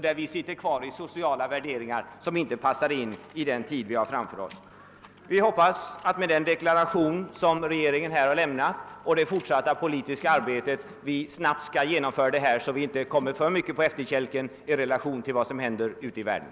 Det sitter kvar sociala värderingar som inte passar i den tid som ligger framför oss. Vi hoppas att efter den deklaration som regeringen här lämnat man i det fortsatta politiska arbetet snabbt skall kunna genomföra en utjämning, så att Sverige inte kommer för mycket på efterkälken i förhållande till vad som händer ute i världen.